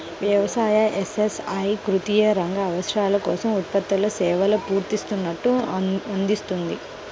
వ్యవసాయ, ఎస్.ఎస్.ఐ తృతీయ రంగ అవసరాల కోసం ఉత్పత్తులు, సేవల పూర్తి సూట్ను అందిస్తుంది